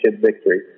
victory